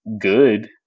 good